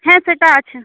হ্যাঁ সেটা আছে